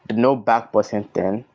but no back wasn't then,